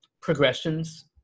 progressions